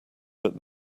but